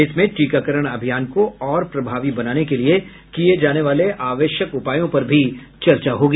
इसमें टीकाकरण अभियान को और प्रभावी बनाने के लिये किये जाने वाले आवश्यक उपायों पर भी चर्चा होगी